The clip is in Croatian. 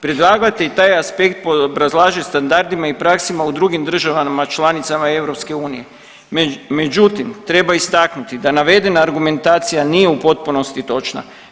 Predlagatelj i taj aspekt obrazlaže standardima i praksama u drugim državama članicama EU, međutim, treba istaknuti da navedena argumentacija nije u potpunosti točna.